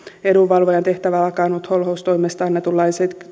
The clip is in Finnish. edunvalvojan tehtävä lakannut holhoustoimesta annetun lain